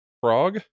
frog